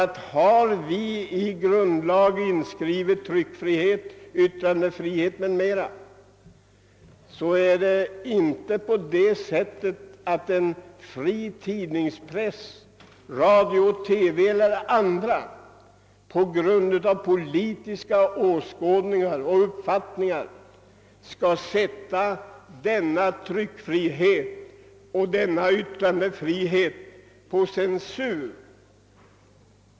Vi har i grundlagen inskrivit tryckfriheten och yttrandefriheten, och det är inte meningen att pressen, radio eller TV på grund av politisk åskådning genom censur skall kunna begränsa tryckeller yttrandefriheten.